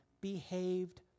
behaved